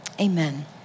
amen